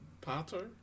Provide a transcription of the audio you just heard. Potter